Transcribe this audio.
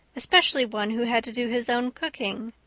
especially one who had to do his own cooking,